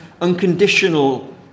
unconditional